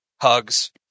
Hugs